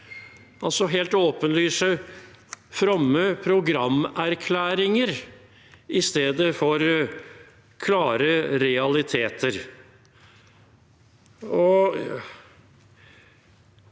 altså helt åpenlyse, fromme programerklæringer i stedet for klare realiteter.